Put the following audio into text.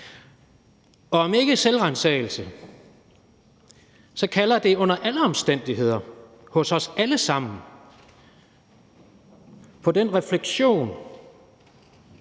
– om ikke selvransagelse, så kalder det under alle omstændigheder hos os alle sammen på en refleksion